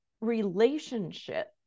relationship